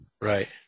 Right